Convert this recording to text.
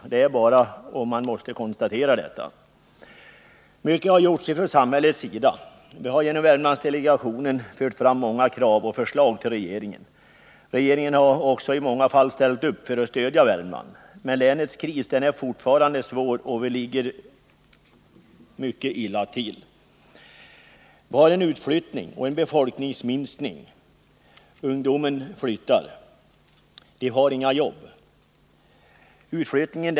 Detta måste konstateras. Mycket har gjorts från samhällets sida. Vi har genom Värmlandsdelegationen fört fram många krav och förslag till regeringen. Regeringen har också i många fall ställt upp för att stödja Värmland. Men länets kris är fortfarande svår, och vi ligger mycket illa till. Vi har en utflyttning och en befolkningsminskning. Ungdomarna flyttar — de har inga jobb.